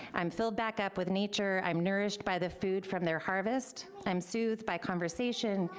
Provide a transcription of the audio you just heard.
i'm filled back up with nature, i'm nourished by the food from their harvest. i'm soothed by conversation,